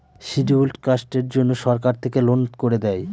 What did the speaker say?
scheduled কাস্টের জন্য সরকার থেকে লোন করে দেয়